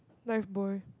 life boy